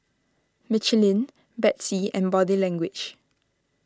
Michelin Betsy and Body Language